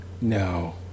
No